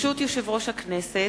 ברשות יושב-ראש הכנסת,